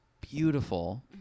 beautiful